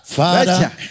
father